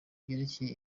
byerekeye